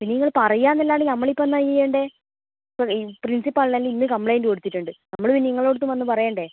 പിന്നെനിങ്ങൾ പറയാമെന്നല്ലാണ്ട് നമ്മളിപ്പം എന്താ ചെയ്യേണ്ടേ ഇപ്പം പ്രിൻസിപ്പാളിന് അല്ലെ ഇന്ന് കംപ്ളേയിന്റ് കൊടുത്തിട്ടുണ്ട് നമ്മൾ പിന്നെ നിങ്ങൾടടുത്തും വന്ന് പറയണ്ടേ